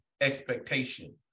expectation